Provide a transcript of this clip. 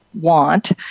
want